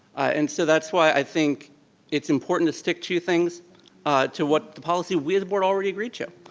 and so that's why i think it's important to stick to things to what the policy we at the board already agreed to.